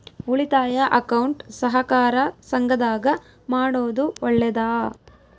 ಉಳಿತಾಯ ಅಕೌಂಟ್ ಸಹಕಾರ ಸಂಘದಾಗ ಮಾಡೋದು ಒಳ್ಳೇದಾ?